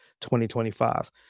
2025